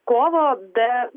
kovo be